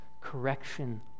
correction